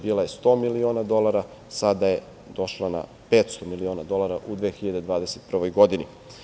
Bila je 100 miliona dolara, sada je došla na 500 miliona dolara u 2021. godini.